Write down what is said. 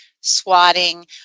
swatting